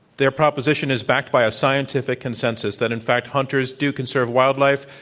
their proposition is backed by a scientific consensus, that in fact hunters do conserve wildlife.